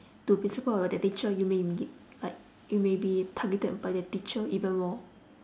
to principal about that teacher you maybe like you maybe targeted by that teacher even more